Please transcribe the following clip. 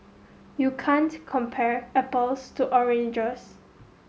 you can't compare apples to oranges